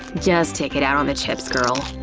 just take it out on the chips, girl.